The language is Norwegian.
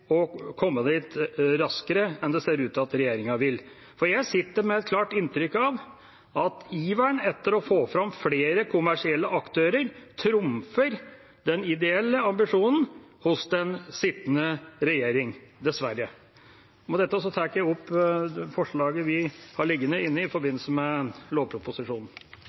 komme dit raskere enn det ser ut til at regjeringen vil. For jeg sitter med et klart inntrykk av at iveren etter å få fram flere kommersielle aktører trumfer den ideelle ambisjonen hos den sittende regjering, dessverre. Med dette tar jeg opp forslaget vi har liggende inne i forbindelse med lovproposisjonen.